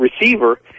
receiver